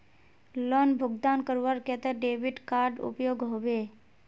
Loan भुगतान करवार केते डेबिट कार्ड उपयोग होबे?